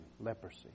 leprosy